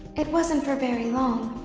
it wasn't for very long,